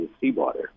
seawater